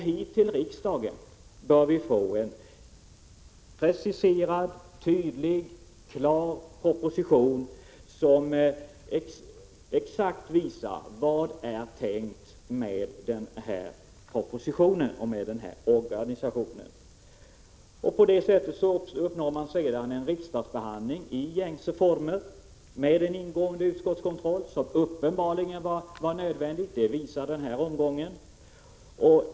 Hit till riksdagen bör vi få en preciserad, tydlig, klar proposition som exakt visar vad som är tänkt med organisationen. På det sättet uppnår man sedan en riksdagsbehandling i gängse former med en ingående utskottskontroll, vilken uppenbarligen är nödvändig; det visar den här omgången.